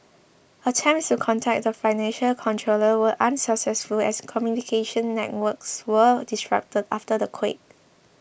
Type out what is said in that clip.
attempts to contact the financial controller were unsuccessful as communication networks were disrupted after the quake